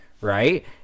right